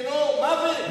דינו מוות?